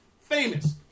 famous